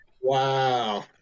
Wow